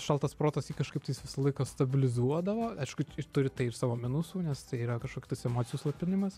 šaltas protas jį kažkaip tais visą laiką stabilizuodavo aišku turi tai ir savo minusų nes tai yra kašok tais emocijų slopinimas